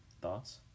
Thoughts